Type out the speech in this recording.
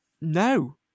no